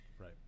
right